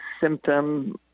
symptom